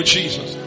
Jesus